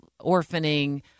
orphaning